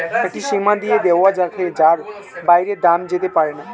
একটি সীমা দিয়ে দেওয়া থাকে যার বাইরে দাম যেতে পারেনা